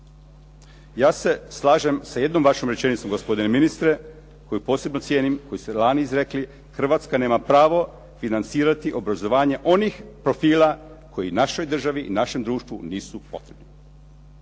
Ja se slažem sa jednom vašom rečenicom gospodine ministre, koju posebno cijenim, koju ste lani izrekli, "Hrvatska nema pravo financirati obrazovanje onih profila koji našoj državi i našem društvu nisu potrebni".